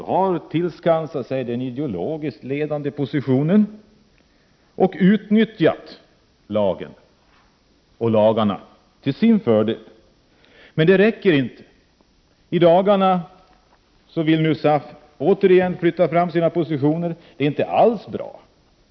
SAF har tillskansat sig den ideologiskt ledande positionen och utnyttjat lagarna till sin fördel. Men det räcker inte. I dagarna har vi fått veta att SAF nu återigen vill flytta fram sina positioner. Det är inte alls bra.